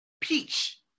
Peach